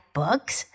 books